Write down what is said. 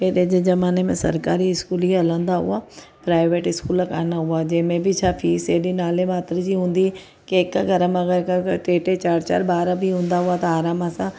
पहिरें जे ज़माने में सरकारी स्कूल ई हलंदा हुआ प्राइवेट स्कूल कान हुआ जंहिं में बि छा फ़ीस ऐॾी नाले मात्र जी हूंदी की हिकु घर मां अगरि ॿ ॿ टे टे चार चार ॿार बि हूंदा हुआ त आराम सां